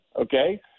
okay